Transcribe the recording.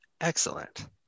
Excellent